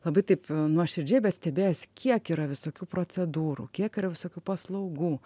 labai taip nuoširdžiai bet stebėjosi kiek yra visokių procedūrų kiek yra visokių paslaugų